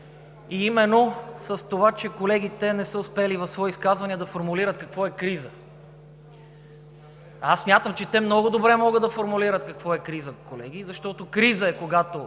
Именно с това, че колегите не са успели в свои изказвания да формулират какво е криза. Смятам, че те много добре могат да формулират какво е криза, колеги. Защото криза е, когато